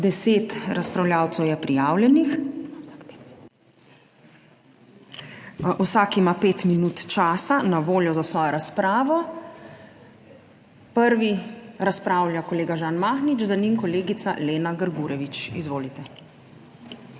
Deset razpravljavcev je prijavljenih, vsak ima 5 minut časa na voljo za svojo razpravo. Prvi razpravlja kolega Žan Mahnič, za njim kolegica Lena Grgurevič. Izvolite.